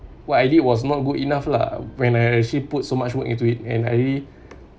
what I did was not good enough lah when I actually put so much work into it and I really